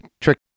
trick